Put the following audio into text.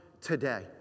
today